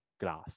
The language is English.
glass